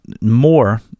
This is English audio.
more